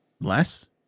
Less